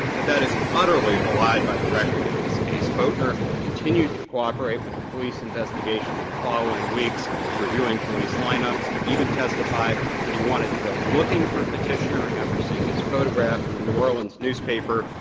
but that is utterly belied by the record in this case. boatner continued to cooperate with the police investigation in the following weeks reviewing police line-ups. he even testified that he wanted to go looking for petitioner after seeing his photograph in the new orleans newspaper,